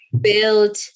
build